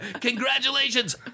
Congratulations